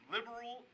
Liberal